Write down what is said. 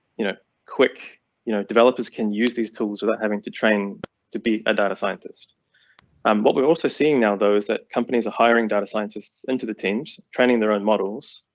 you know, quick you know developers can use these tools without having to train to be a data scientist. and um what we also seeing now though is that companies are hiring data scientists into the team's training their own models.